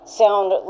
sound